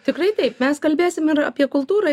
tikrai taip mes kalbėsim ir apie kultūrą